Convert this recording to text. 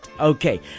Okay